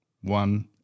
one